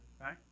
Right